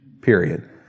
period